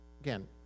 Again